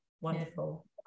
wonderful